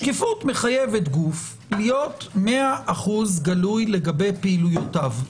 שקיפות מחייבת גוף להיות 100% גלוי לגבי פעילויותיו.